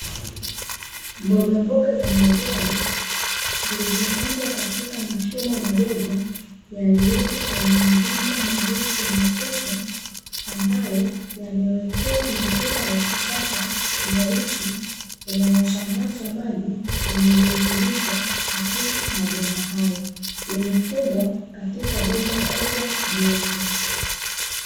Mbogamboga za majani zilizopandwa katika mashimo madogo, yaliyopo kwenye mabomba marefu meupe, ambayo yamewekewa mipira ya kisasa myeusi inayosambaza maji yenye virutubisho katika mabomba hayo. Imefungwa katika bomba kubwa jeupe.